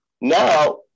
Now